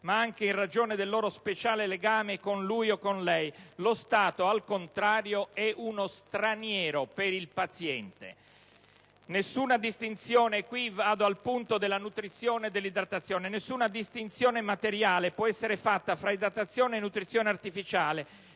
ma anche in ragione del loro speciale legame con lui o con lei. Lo Stato, al contrario, è uno straniero per il paziente. Nessuna distinzione materiale» - e qui vado al punto relativo alla nutrizione all'idratazione